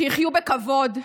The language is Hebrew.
שיחיו בכבוד,